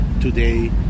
today